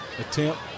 attempt